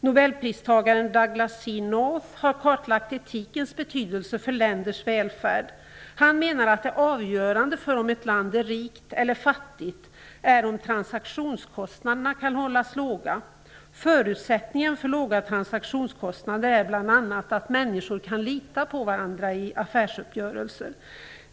Nobelpristagaren Douglas C. North har kartlagt etikens betydelse för länders välfärd. Han menar att det avgörande för om ett land är rikt eller fattigt är om transaktionskostnaderna kan hållas låga. Förutsättningen för låga transaktionskostnader är bl.a. att människor kan lita på varandra i affärsuppgörelser.